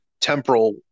temporal